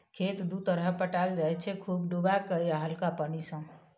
खेत दु तरहे पटाएल जाइ छै खुब डुबाए केँ या हल्का पानि सँ